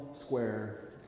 square